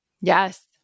Yes